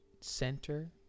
center